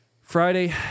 Friday